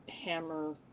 hammer